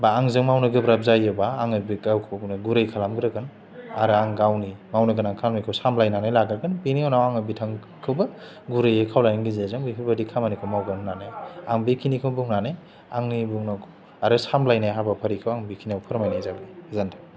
बा आंजों मावनो गोब्राब जायोबा आङो बि गावखौनो गुरै खालामग्रोगोन आरो आं गावनि मावनो गोनां खामानिखौ सालायनानै लाग्रोगोन बिनि उनाव आङो बिथांखौबो गुरैयै खावलायनायनि गेजेरजों बेफोरबायदि खामानिखो मावगोन होन्नानै आं बे खिनिखौनो बुंनानै आंनि बुंनांगौ आरो सामलायनाय हाबाफारिखौ आं बे खिनियाव फोरमायनाय जाबाय गोजोन्थों